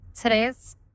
today's